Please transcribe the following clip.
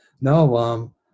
no